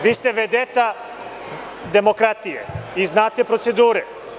Vi ste vedeta demokratije i znate procedure.